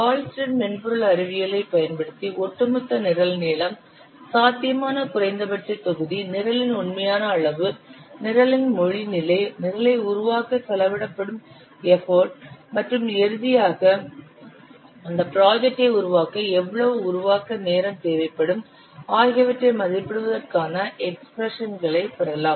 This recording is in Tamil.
ஹால்ஸ்டெட் மென்பொருள் அறிவியலைப் பயன்படுத்தி ஒட்டுமொத்த நிரல் நீளம் சாத்தியமான குறைந்தபட்ச தொகுதி நிரலின் உண்மையான அளவு நிரலின் மொழி நிலை நிரலை உருவாக்க செலவிடப்படும் எஃபர்ட் மற்றும் இறுதியாக அந்த ப்ராஜெக்ட்டை உருவாக்க எவ்வளவு உருவாக்க நேரம் தேவைப்படும் ஆகியவற்றை மதிப்பிடுவதற்கான எக்ஸ்பிரஷன்களை பெறலாம்